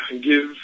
give